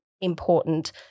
important